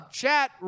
chat